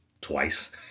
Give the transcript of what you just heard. twice